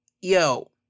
Yo